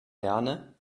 herne